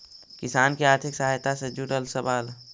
किसान के आर्थिक सहायता से जुड़ल सवाल?